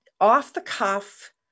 off-the-cuff